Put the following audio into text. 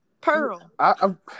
Pearl